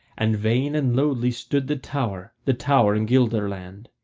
and vain and lonely stood the tower the tower in guelderland.